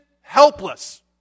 helpless